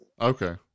Okay